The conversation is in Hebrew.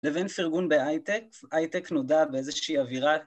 לבין פירגון באייטק, אייטק נודע באיזושהי אווירה.